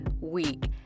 week